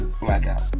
Blackout